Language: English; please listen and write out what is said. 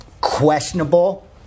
Questionable